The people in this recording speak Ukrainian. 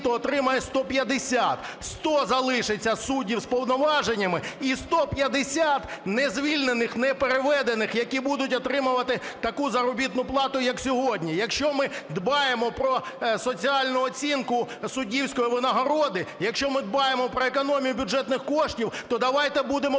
то отримає 150. Сто залишиться судів з повноваженнями і 150 незвільнених непереведених, які будуть отримувати таку заробітну плату, як сьогодні. Якщо ми дбаємо про соціальну оцінку суддівської винагороди, якщо ми дбаємо про економію бюджетних коштів, то давайте будемо